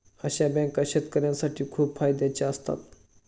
अशा बँका शेतकऱ्यांसाठी खूप फायद्याच्या असतात